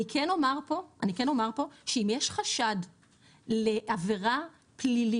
אני כן אומר פה שאם יש חשד לעבירה פלילית,